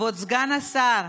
כבוד סגן השר,